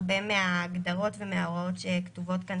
הרבה מההגדרות ומההוראות שכתובות כאן